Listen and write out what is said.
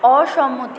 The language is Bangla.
অসম্মতি